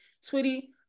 sweetie